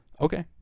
Okay